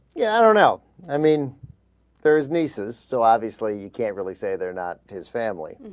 yeah i don't know i mean there's nieces so obviously you can't really say they're not his family